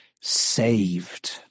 saved